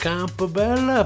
Campbell